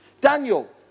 Daniel